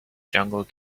jungle